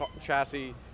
chassis